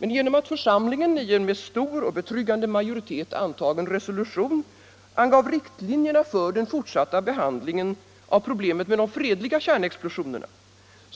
Men genom att församlingen i en med stor och betryggande majoritet antagen resolution angav riktlinjerna för den fortsatta behandlingen av problemet med de fredliga kärnexplosionerna